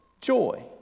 joy